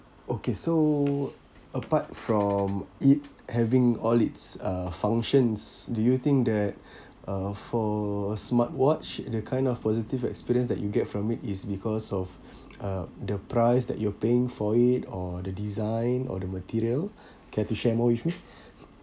okay so apart from it having all its uh functions do you think that uh for a smartwatch the kind of positive experience that you get from it is because of uh the price that you are paying for it or the design or the material care to share more with me